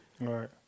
Right